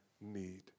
need